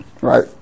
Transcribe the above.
right